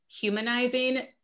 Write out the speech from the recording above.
humanizing